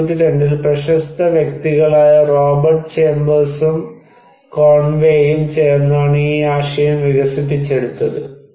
1992 ൽ പ്രശസ്ത വ്യക്തികളായ റോബർട്ട് ചേമ്പേഴ്സും കോൺവേയും ചേർന്നാണ് ഈ ആശയം വികസിപ്പിച്ചെടുത്തത്